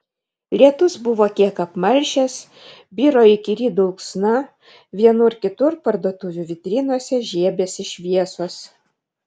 lietus buvo kiek apmalšęs biro įkyri dulksna vienur kitur parduotuvių vitrinose žiebėsi šviesos